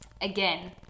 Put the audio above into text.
Again